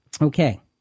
Okay